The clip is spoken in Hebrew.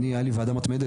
אני היתה לי ועדה מתמדת,